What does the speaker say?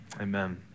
Amen